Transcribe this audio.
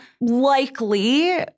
likely